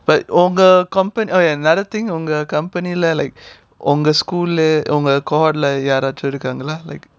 but உங்க:unga compa~ okay another thing உங்க:unga company leh like school leh cohort leh யாராச்சும் இருக்காங்களா:yaaraachum irukkaangalaa like